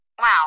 Wow